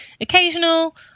occasional